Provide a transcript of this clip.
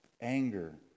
anger